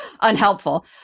unhelpful